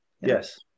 Yes